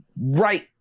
right